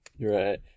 Right